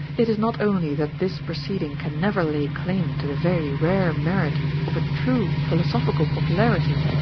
it is not only that this proceeding can never lay claim to the very rare merit of a true philosophical popularity,